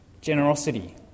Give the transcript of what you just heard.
generosity